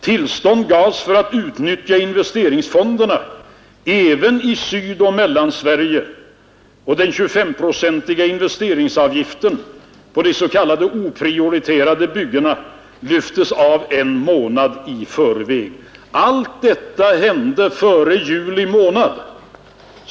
Tillstånd gavs till att utnyttja investeringsfonderna även i Sydoch Mellansverige, och den 25-procentiga investeringsavgiften på de s.k. oprioriterade byggena lyftes av en månad i förväg. Allt detta hände före juli månad.